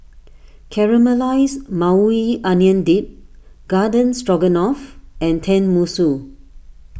Caramelized Maui Onion Dip Garden Stroganoff and Tenmusu